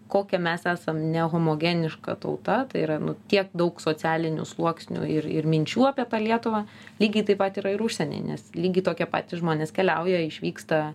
kokia mes esam nehomogeniška tauta tai yra nu tiek daug socialinių sluoksnių ir ir minčių apie tą lietuvą lygiai taip pat yra ir užsieny nes lygiai tokie patys žmonės keliauja išvyksta